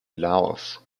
laos